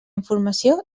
informació